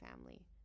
family